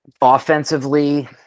Offensively